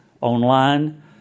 online